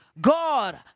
God